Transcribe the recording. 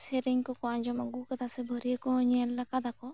ᱥᱮᱨᱮᱧ ᱠᱚᱠᱚ ᱟᱸᱡᱚᱢ ᱟᱹᱜᱩ ᱠᱟᱫᱟ ᱥᱮ ᱵᱷᱟᱹᱨᱤᱭᱟᱹ ᱠᱚᱦᱚᱸ ᱧᱮᱞᱟᱠᱟᱫᱟ ᱠᱚ